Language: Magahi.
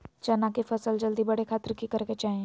चना की फसल जल्दी बड़े खातिर की करे के चाही?